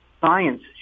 science